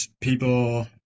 people